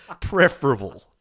preferable